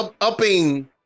upping